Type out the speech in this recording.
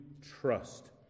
trust